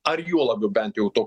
ar juo labiau bent jau to